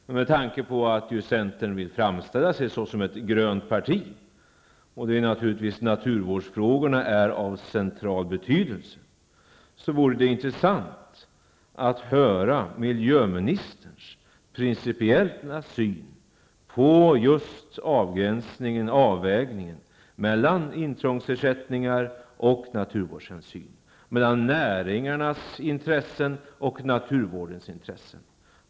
Men med tanke på att centern vill framställa sig som ett grönt parti där naturvårdsfrågorna har en central betydelse, vore det intressant att höra miljöministerns principiella syn på avgränsningen och avvägningen mellan intrångsersättningar och naturvårdshänsyn, mellan näringarnas intressen och naturvårdens intressen.